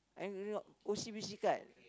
and you know O_C_B_C card